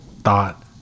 thought